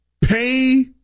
Pay